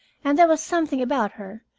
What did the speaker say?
and there was something about her,